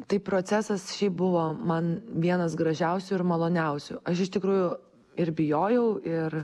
tai procesas šiaip buvo man vienas gražiausių ir maloniausių aš iš tikrųjų ir bijojau ir